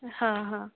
हां हां